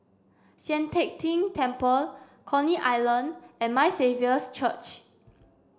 Sian Teck Tng Temple Coney Island and My Saviour's Church